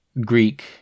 Greek